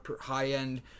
high-end